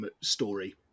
story